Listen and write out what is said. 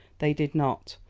they did not,